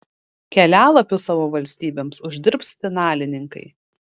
kelialapius savo valstybėms uždirbs finalininkai